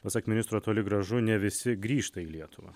pasak ministro toli gražu ne visi grįžta į lietuvą